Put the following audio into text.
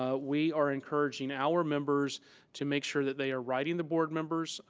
ah we are encouraging our members to make sure that they are writing the board members,